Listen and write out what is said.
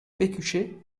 pécuchet